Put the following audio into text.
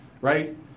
right